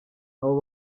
abo